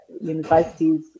universities